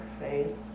face